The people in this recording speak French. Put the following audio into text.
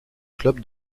club